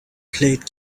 played